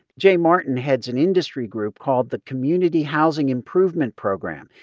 jay martin heads an industry group called the community housing improvement program.